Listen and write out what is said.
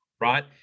right